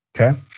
Okay